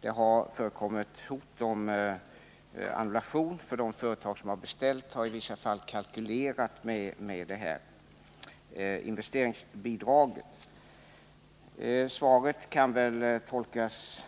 Det har förekommit hot om annullering, eftersom de företag som har beställt i vissa fall har kalkylerat med det här investeringsbidraget. Svaret kan tolkas